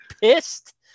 pissed